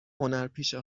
هنرپیشه